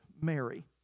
Mary